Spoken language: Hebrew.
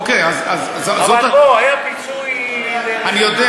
אוקיי, אז זו, אבל פה היה פיצוי, אני יודע.